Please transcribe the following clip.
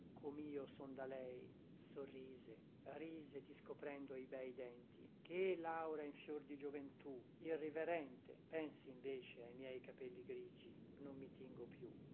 da laura comio son da lei sorrise rise discoprendo i bei denti che laura in fior di gioventù irriverente pensi invece ai miei capelli grigi non mi tingo più